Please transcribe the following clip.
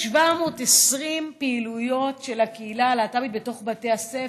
1,720 פעילויות של הקהילה הלהט"בית בתוך בתי הספר.